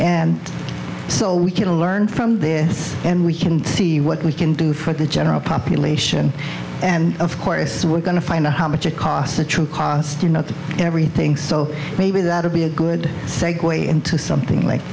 and so we can learn from this and we can see what we can do for the general population and of course we're going to find out how much it costs the true cost to not the everything so maybe that would be a good segue into something like